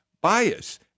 bias